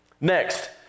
Next